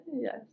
Yes